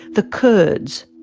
the kurds.